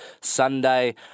Sunday